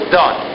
done